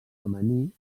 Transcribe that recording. femení